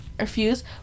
refuse